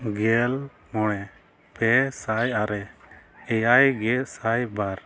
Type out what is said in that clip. ᱜᱮᱞ ᱢᱚᱬᱮ ᱯᱮᱥᱟᱭ ᱟᱨᱮ ᱮᱭᱟᱭ ᱜᱮᱥᱟᱭ ᱵᱟᱨ